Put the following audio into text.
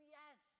yes